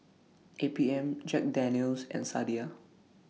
A P M Jack Daniel's and Sadia